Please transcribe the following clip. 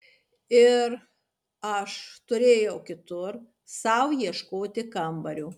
ir aš turėjau kitur sau ieškoti kambario